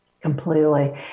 Completely